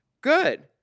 Good